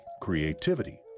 creativity